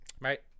right